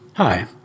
Hi